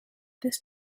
this